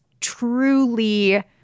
truly